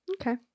Okay